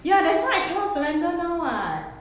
ya that's why I cannot surrender now [what]